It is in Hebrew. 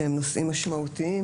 שהם נושאים משמעותיים.